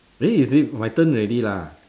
eh is it my turn already lah